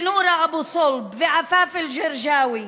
ונורה אבו סולב ועפאף אלגרגאוי,